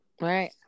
Right